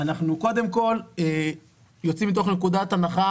אנחנו קודם כל יוצאים מתוך נקודת הנחה